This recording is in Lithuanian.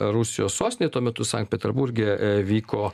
rusijos sostinėj tuo metu sankt peterburge vyko